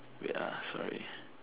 wait ah sorry